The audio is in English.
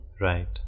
Right